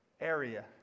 area